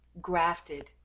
grafted